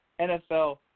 NFL